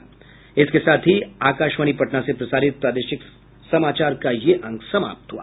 इसके साथ ही आकाशवाणी पटना से प्रसारित प्रादेशिक समाचार का ये अंक समाप्त हुआ